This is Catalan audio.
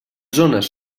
zones